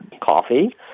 coffee